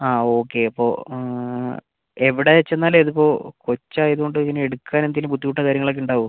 ആ ഓക്കെ അപ്പോൾ എവിടെ ചെന്നാലാ ഇത് ഇപ്പോൾ കൊച്ച് ആയതുകൊണ്ട് ഇങ്ങനെ എടുക്കാൻ എന്തേലും ബുദ്ധിമുട്ടോ കാര്യങ്ങൾ ഒക്കെ ഉണ്ടാവോ